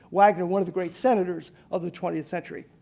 wagner one of the great senators of the twentieth century.